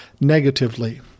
negatively